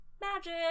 magic